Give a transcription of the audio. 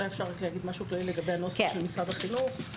אני מבקשת להתחיל במשהו כללי לגבי הנוסח של משרד החינוך.